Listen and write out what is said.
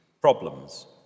problems